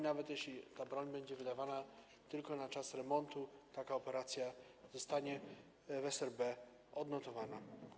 Nawet jeśli ta broń będzie wydawana tylko na czas remontu, taka operacja zostanie w SRB odnotowana.